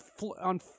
on